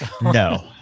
No